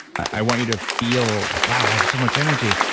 i want you to feel like, wow, i have so much energy.